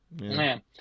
Man